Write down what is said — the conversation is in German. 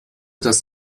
das